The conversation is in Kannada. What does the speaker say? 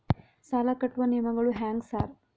ಸಾಲ ಕಟ್ಟುವ ನಿಯಮಗಳು ಹ್ಯಾಂಗ್ ಸಾರ್?